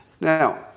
Now